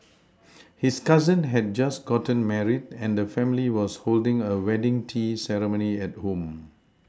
his cousin had just gotten married and the family was holding a wedding tea ceremony at home